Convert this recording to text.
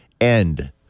end